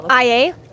IA